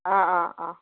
অঁ অঁ অঁ